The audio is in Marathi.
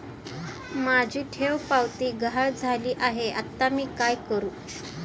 माझी ठेवपावती गहाळ झाली आहे, आता मी काय करु?